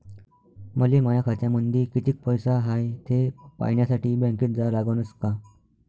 मले माया खात्यामंदी कितीक पैसा हाय थे पायन्यासाठी बँकेत जा लागनच का?